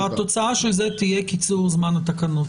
התוצאה של זה תהיה קיצור זמן התקנות.